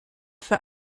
für